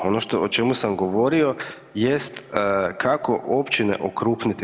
Ono o čemu sam govorio jest kako općine okrupniti.